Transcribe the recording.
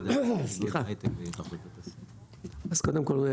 קודם כל,